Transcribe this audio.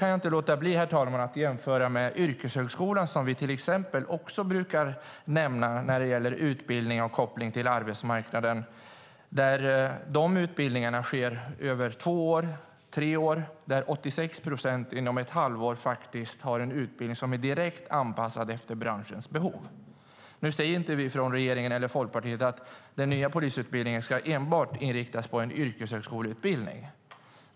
Jag kan inte låta bli att jämföra med till exempel yrkeshögskolan som vi också brukar nämna när det gäller utbildning och koppling till arbetsmarknaden. De utbildningarna sker över två eller tre år. Det är 86 procent som inom ett halvår har en utbildning som är direkt anpassad efter branschens behov. Nu säger inte vi från Folkpartiet att den nya polisutbildningen enbart ska inriktas på en yrkeshögskolebildning.